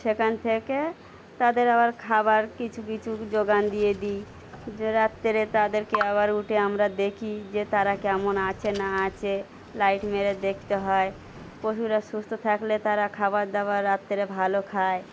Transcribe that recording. সেখান থেকে তাদের আবার খাবার কিছু কিছু যোগান দিয়ে দিই যে রাত্রে তাদেরকে আবার উঠে আমরা দেখি যে তারা কেমন আছে না আছে লাইট মেরে দেখতে হয় পশুরা সুস্থ থাকলে তারা খাবার দাবার রাত্রে ভালো খায়